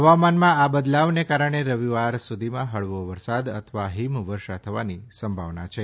હવામાનમાં આ બદલાવને કારણે રવિવાર સુધીમાં હળવો વરસાદ અથવા હિમવર્ષા થવાની સંભાવના છે